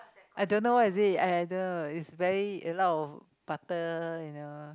I don't know what is it I don't know it's very a lot of butter you know